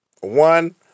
One